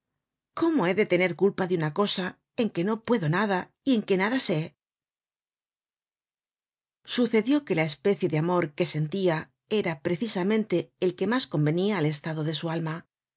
cómo he de tener culpa de una cosa en que no puedo nada y en que nada sé sucedió que la especie de amor que sentia era precisamente el que mas convenia al estado de su alma